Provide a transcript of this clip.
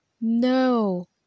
No